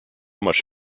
much